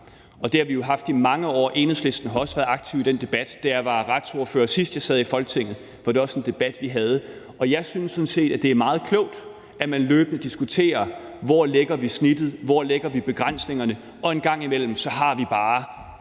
Og det har vi jo haft i mange år. Enhedslisten har også været aktiv i den debat. Da jeg var retsordfører, da jeg sidst sad i Folketinget, var det også en debat, vi havde. Jeg synes sådan set, at det er meget klogt, at man løbende diskuterer, hvor vi lægger snittet, og hvor vi lægger begrænsningerne. Og en gang imellem har vi bare